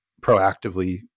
proactively